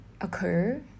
occur